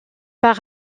par